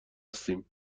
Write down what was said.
هستیم